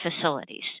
facilities